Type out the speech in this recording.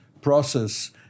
process